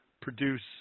produce